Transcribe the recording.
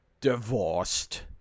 divorced